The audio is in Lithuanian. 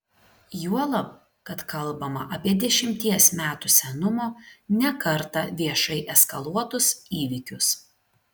juolab kad kalbama apie dešimties metų senumo ne kartą viešai eskaluotus įvykius